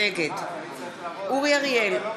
נגד אורי אריאל,